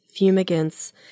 fumigants